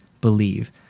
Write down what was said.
believe